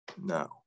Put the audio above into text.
no